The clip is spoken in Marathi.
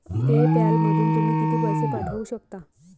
पे पॅलमधून तुम्ही किती पैसे पाठवू शकता?